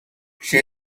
she